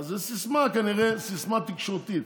אז זה סיסמה, כנראה, סיסמה תקשורתית.